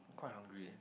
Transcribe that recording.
quite hungry